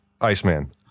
Iceman